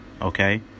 Okay